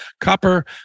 copper